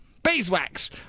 Beeswax